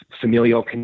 familial